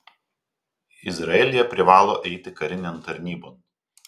izraelyje privalo eiti karinėn tarnybon